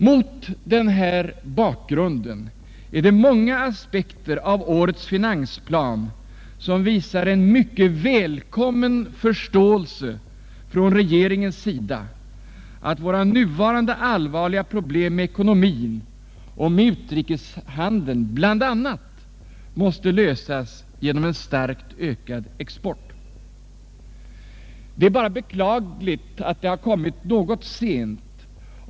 Mot denna bakgrund är det många inslag i årets finansplan som visar en mycket välkommen förståelse från regeringens sida för att våra nuvarande allvarliga problem med ekonomin och med utrikeshandeln måste lösas bl.a. genom starkt ökad export. Det är bara att beklaga att denna förståelse har kommit något sent.